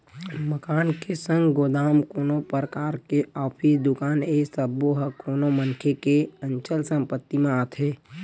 मकान के संग गोदाम, कोनो परकार के ऑफिस, दुकान ए सब्बो ह कोनो मनखे के अचल संपत्ति म आथे